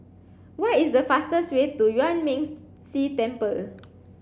what is the fastest way to Yuan Ming Si Temple